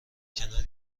کنار